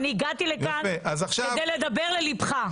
והגעתי לכאן כדי לדבר אל ליבך.